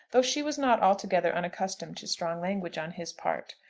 though she was not altogether unaccustomed to strong language on his part.